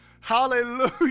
Hallelujah